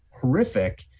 horrific